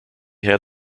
had